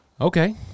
Okay